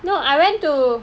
no I went to